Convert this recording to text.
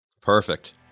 Perfect